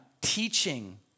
teaching